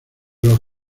los